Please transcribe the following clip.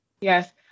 Yes